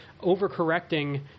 overcorrecting